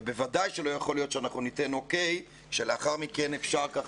ובוודאי שלא יכול להיות שאנחנו ניתן אוקיי שלאחר מכן אפשר כך